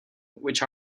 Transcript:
which